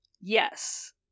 Yes